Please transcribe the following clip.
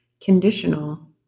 conditional